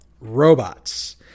Robots